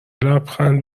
لبخند